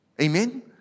Amen